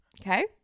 Okay